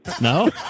No